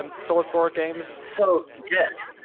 um soulsborne games? so yes,